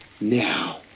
Now